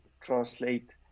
translate